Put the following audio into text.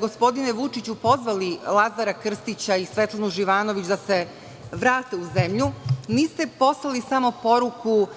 gospodine Vučiću, pozvali Lazara Krstića i Svetlanu Živanović da se vrate u zemlju, niste poslali samo poruku